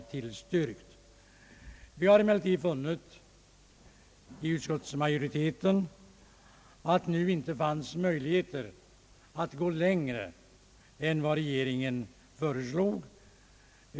Utskottsmajoriteten har emellertid funnit att möjligheter inte föreligger att gå längre än vad regeringen har föreslagit.